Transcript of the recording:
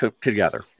together